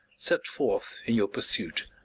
set forth in your pursuit.